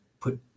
put